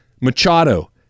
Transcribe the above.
Machado